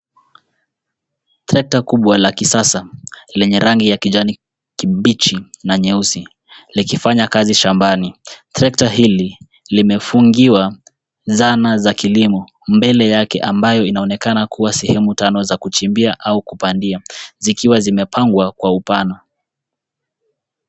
Trekta kubwa la kisasa lenye rangi ya kijani kibichi na nyeusi, likifanya kazi shambani. Trekta hili limefungiwa zana za kilimo mbele yake ambayo inaonekana kuwa sehemu tano za kuchimbia au kupandia zikiwa zimepangwa kwa upana.